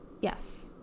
Yes